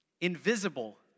invisible